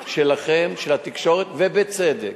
שלכם, של התקשורת, ובצדק.